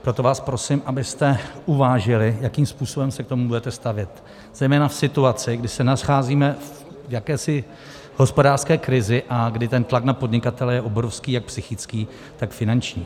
Proto vás prosím, abyste uvážili, jakým způsobem se k tomu budete stavět zejména v situaci, kdy se nacházíme v jakési hospodářské krizi a kdy tlak na podnikatele je obrovský, jak psychický, tak finanční.